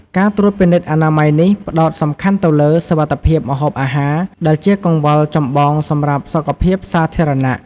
ការត្រួតពិនិត្យអនាម័យនេះ ផ្តោតសំខាន់ទៅលើ សុវត្ថិភាពម្ហូបអាហារ ដែលជាកង្វល់ចម្បងសម្រាប់សុខភាពសាធារណៈ។